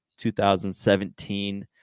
2017